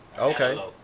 Okay